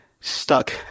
stuck